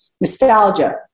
Nostalgia